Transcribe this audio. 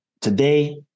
today